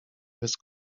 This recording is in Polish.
bez